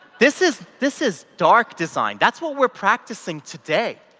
this is this is dark design, that's what we're practising today.